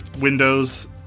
windows